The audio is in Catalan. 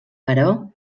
però